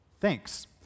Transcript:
Thanks